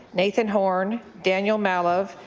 nathan horn, daniel malov,